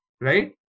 right